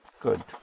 Good